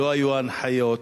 לא היו הנחיות.